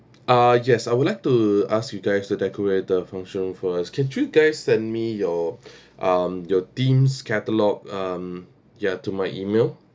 uh yes I would like to ask you guys to decorate the function room for us can you guys send me your um your themes catalogue um ya to my email